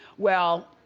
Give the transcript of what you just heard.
well,